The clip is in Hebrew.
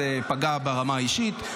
זה פגע ברמה האישית.